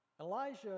Elijah